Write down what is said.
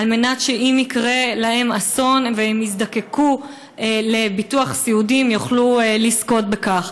על מנת שאם יקרה להם אסון והם יזדקקו לביטוח סיעודי הם יוכלו לזכות בכך.